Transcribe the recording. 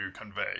convey